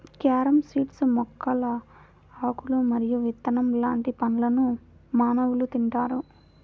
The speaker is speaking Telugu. క్యారమ్ సీడ్స్ మొక్కల ఆకులు మరియు విత్తనం లాంటి పండ్లను మానవులు తింటారు